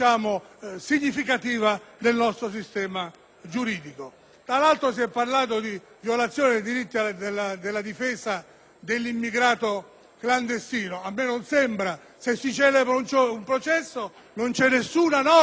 Tra l'altro, si è parlato di violazione dei diritti della difesa dell'immigrato clandestino. A me non sembra: se si celebra un processo non vi è nessuna norma che preveda una diminuzione della garanzia e delle tutele